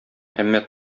әмма